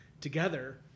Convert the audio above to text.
together